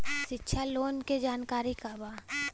शिक्षा लोन के जानकारी का बा?